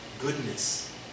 goodness